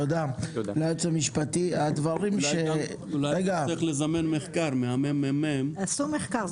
אולי צריך לזמן מחקר מהמ.מ.מ --- עשו מחקר.